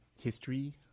history